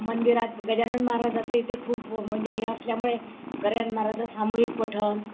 मंदिरात गजानन महाराजाचं इथे खूप म्हणजे हे असल्यामुळे महाराजा सामूहिक पठन